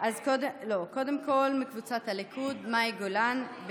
קודם כול מקבוצת הליכוד, מאי גולן.